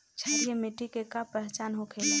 क्षारीय मिट्टी के का पहचान होखेला?